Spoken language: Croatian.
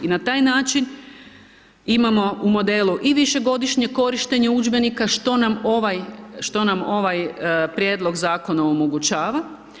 I na taj način imamo u modelu i višegodišnje korištenje udžbenika što nam ovaj prijedlog Zakona omogućava.